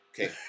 okay